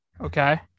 Okay